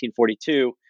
1942